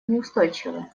неустойчивы